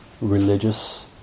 religious